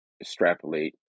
extrapolate